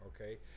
Okay